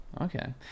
Okay